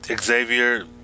xavier